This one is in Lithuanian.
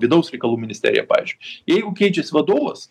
vidaus reikalų ministerija pavyzdžiui jeigu keičiasi vadovas